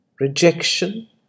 Rejection